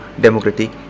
democratic